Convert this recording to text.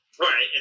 Right